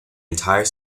entire